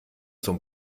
zum